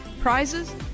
prizes